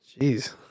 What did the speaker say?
jeez